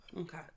Okay